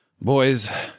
Boys